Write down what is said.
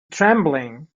trembling